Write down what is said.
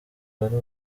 ari